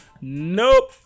Nope